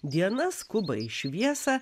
diena skuba į šviesą